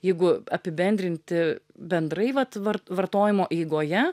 jeigu apibendrinti bendrai vat var vartojimo eigoje